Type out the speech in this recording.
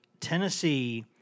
Tennessee